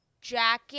jacket